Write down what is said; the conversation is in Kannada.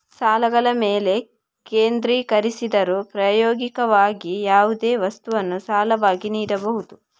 ಸಾಲಗಳ ಮೇಲೆ ಕೇಂದ್ರೀಕರಿಸಿದರೂ, ಪ್ರಾಯೋಗಿಕವಾಗಿ, ಯಾವುದೇ ವಸ್ತುವನ್ನು ಸಾಲವಾಗಿ ನೀಡಬಹುದು